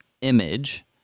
image